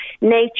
nature